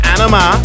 Anima